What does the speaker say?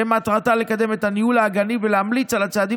שמטרתה לקדם את הניהול האגני ולהמליץ על הצעדים